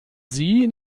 sie